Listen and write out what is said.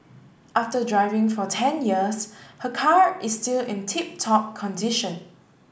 after driving for ten years her car is still in tip top condition